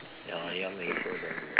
ya lah you want to make sure that